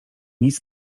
nic